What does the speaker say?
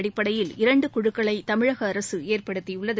அடிப்பைடயில் இரண்டு குழுக்களை தமிழக அரசு ஏற்படுத்தியுள்ளது